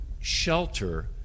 shelter